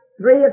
Three